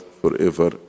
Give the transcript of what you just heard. forever